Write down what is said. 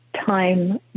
time